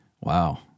Wow